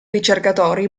ricercatori